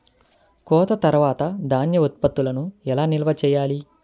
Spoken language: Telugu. కోత తర్వాత ధాన్య ఉత్పత్తులను ఎలా నిల్వ చేయాలి?